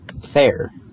fair